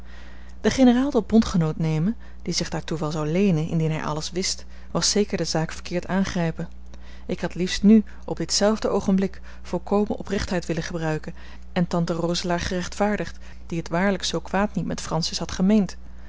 den generaal tot bondgenoot nemen die zich daartoe wel zou leenen indien hij alles wist was zeker de zaak verkeerd aangrijpen ik had liefst nu op ditzelfde oogenblik volkomen oprechtheid willen gebruiken en tante roselaer gerechtvaardigd die het waarlijk zoo kwaad niet met francis had gemeend